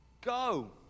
go